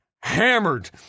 hammered